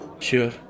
Sure